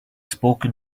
spoken